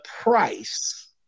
price